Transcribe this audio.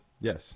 yes